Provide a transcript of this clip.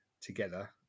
together